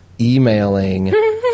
emailing